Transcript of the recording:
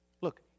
Look